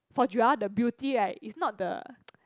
for Joel the beauty right is not the